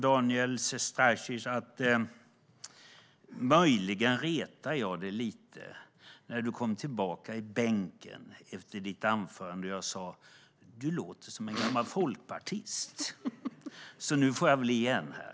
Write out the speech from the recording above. Daniel Sestrajcic, möjligen retade jag dig lite grann när du kom tillbaka till bänken efter ditt anförande och jag sa: Du låter som en gammal folkpartist. Nu får jag väl igen här.